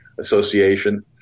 association